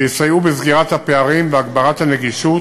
שיסייעו בסגירת הפערים והגברת הנגישות